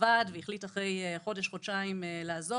עבד ואחרי חודש-חודשיים החליט לעזוב,